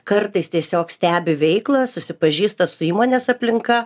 kartais tiesiog stebi veiklą susipažįsta su įmonės aplinka